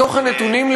מתוך הנתונים,